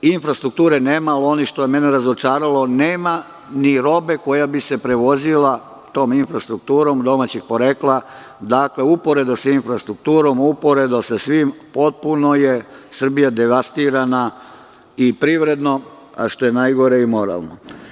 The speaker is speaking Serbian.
Infrastrukture nema, ono što je mene razočaralo nema ni robe koja bi se prevozila tom infrastrukturom, domaćeg porekla, data uporedo sa infrastrukturom, uporedo sa svim, potpuno je Srbija devastirana i privredno, a što je najgore i moralno.